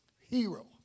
Hero